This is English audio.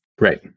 Right